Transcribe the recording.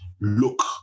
look